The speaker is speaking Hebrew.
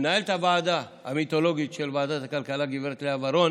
למנהלת הוועדה המיתולוגית של ועדת הכלכלה גב' לאה ורון,